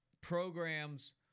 programs